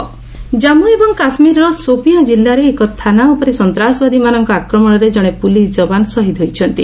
JK attack ଜନ୍ମ ଏବଂ କାଶ୍ରୀରର ସୋପିଆଁ ଜିଲ୍ଲାର ଏକ ଥାନା ଉପରେ ସନ୍ତାସବାଦୀମାନଙ୍କ ଆକ୍ରମଣରେ ଜଣେ ପ୍ରଲିସ୍ ଯବାନ ଶହୀଦ ହୋଇଛନ୍ତି